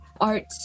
art